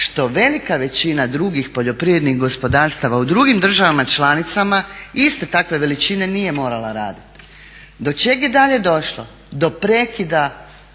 što velika većina drugih poljoprivrednih gospodarstava u drugim državama članicama iste takve veličine nije morala raditi. Do čeg je dalje došlo? Do prekida